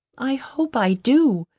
i hope i do,